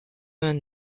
vingt